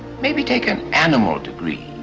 maybe take an animal degree,